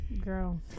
girl